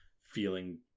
feeling